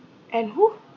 and who